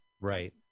right